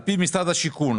על פי משרד השיכון,